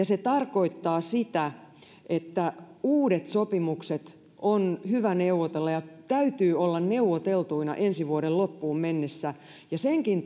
se tarkoittaa sitä että uudet sopimukset on hyvä neuvotella ja täytyy olla neuvoteltuina ensi vuoden loppuun mennessä senkin